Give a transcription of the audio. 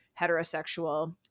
heterosexual